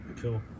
cool